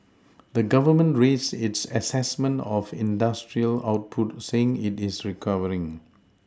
the Government raised its assessment of industrial output saying it is recovering